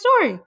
story